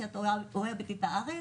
שהיא אוהבת את הארץ,